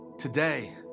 today